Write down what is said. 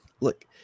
look